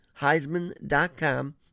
Heisman.com